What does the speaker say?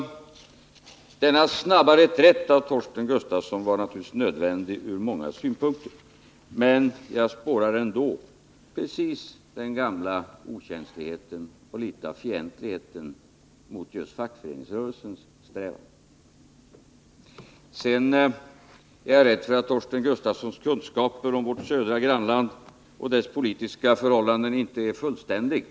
Denna snabba reträtt av Torsten Gustafsson var naturligtvis nödvändig ur många synvinklar, men jag spårar ändå den gamla okänsligheten för och litet av fientligheten mot just fackföreningsrörelsens strävanden. Jag är rädd för att Torsten Gustafssons kunskaper om vårt södra grannland och dess politiska förhållanden inte är fullständiga.